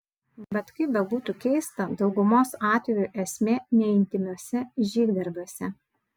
bet kaip bebūtų keista daugumos atvejų esmė ne intymiuose žygdarbiuose